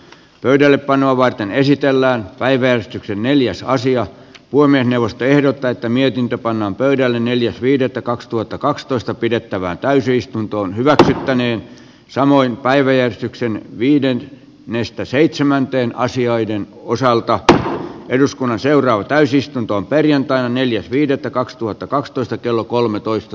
pöydällepanoa varten esitellään päiväystyksen neljässä asian puiminen neuvosto ehdottaa että mietintö pannaan pöydälle neljäs viidettä kaksituhattakaksitoista pidettävään täysistuntoon hyvä käsittäneen samoin päiväjärjestykseen viiden miestä seitsemänteen metsätaloudenkin osalta eduskunnan seuraava täysistuntoon perjantai neljäs viidettä kaksituhattakaksitoista kello kolmetoista